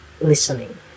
listening